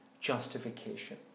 justification